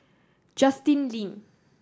Justin Lean